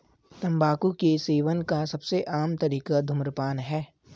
तम्बाकू के सेवन का सबसे आम तरीका धूम्रपान है